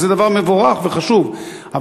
וזה דבר מבורך וחשוב,